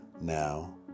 now